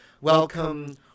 welcome